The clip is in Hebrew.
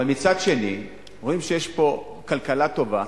אבל מצד שני רואים שיש פה כלכלה טובה,